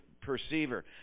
perceiver